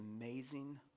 amazing